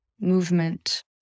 movement